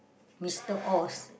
Mister awes